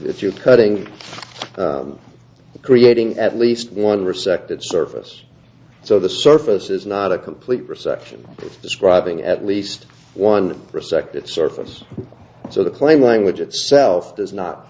if you're cutting the creating at least one resected surface so the surface is not a complete resection describing at least one perspective surface so the claim language itself does not